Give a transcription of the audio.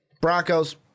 Broncos